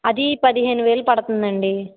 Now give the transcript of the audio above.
అది పదిహేను వేలు పడతుందండి